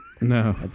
No